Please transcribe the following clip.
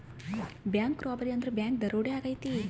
bank robbery ಅಂದ್ರೆ bank ದರೋಡೆ ಆಗೈತೆ